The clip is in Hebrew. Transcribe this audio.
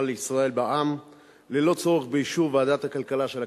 לישראל בע"מ ללא צורך באישור ועדת הכלכלה של הכנסת.